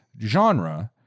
genre